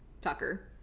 Tucker